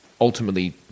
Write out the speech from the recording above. ultimately